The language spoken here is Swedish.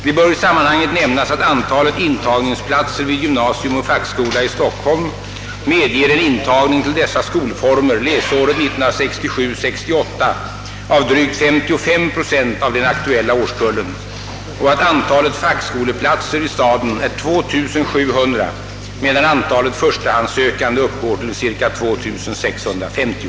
Det bör i sammanhanget nämnas, att antalet intagningsplatser vid gymnasium och fackskola i Stockholm medger en intagning till dessa skolformer läsåret 1967/68 av drygt 55 procent av den aktuella årskullen, och att antalet fackskoleplatser i staden är 2700 medan antalet förstahandssökande uppgår till cirka 2 650.